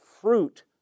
fruit